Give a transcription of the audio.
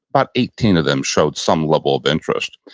about eighteen of them showed some level of interest.